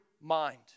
mind